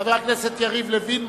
חבר הכנסת יריב לוין,